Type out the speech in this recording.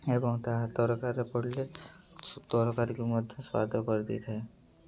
ଏବଂ ତାହା ତରକାରୀରେ ପଡ଼ିଲେ ତରକାରୀକୁ ମଧ୍ୟ ସ୍ୱାଦ କରିଦେଇଥାଏ